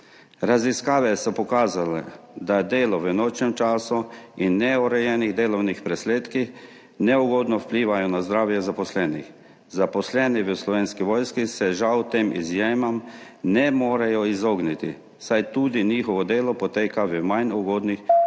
Raziskave so pokazale, da delo v nočnem času in neurejenih delovnih presledkih neugodno vplivajo na zdravje zaposlenih. Zaposleni v Slovenski vojski se žal tem izjemam ne morejo izogniti, saj tudi njihovo delo poteka v manj ugodnih časovnih